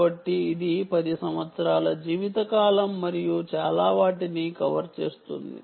కాబట్టి ఇది 10 సంవత్సరాల జీవితకాలం మరియు చాలా వాటిని కవర్ చేస్తుంది